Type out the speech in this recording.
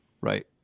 right